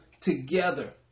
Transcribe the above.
together